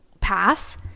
pass